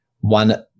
one